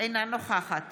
אינה נוכחת